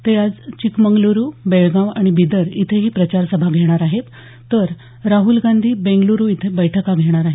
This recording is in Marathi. ते आज चिकमंगलुरु बेळगाव आणि बीदर इथेही प्रचारसभा घेणार आहेत तर राहुल गांधी बेंगलुरु इथे बैठका घेणार आहेत